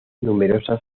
numerosas